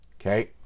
okay